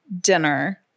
dinner